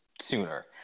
sooner